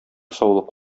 саулык